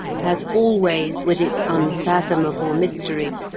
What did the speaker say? has always, with its unfathomable mystery,